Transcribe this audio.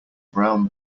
brown